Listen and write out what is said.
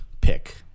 pick